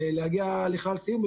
להגיע לכלל סיום,